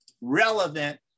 relevant